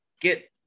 get